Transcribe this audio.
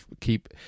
keep